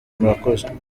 murakoze